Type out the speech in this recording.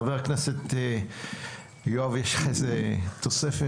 חבר הכנסת יואב, יש לך איזו תוספת?